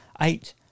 eight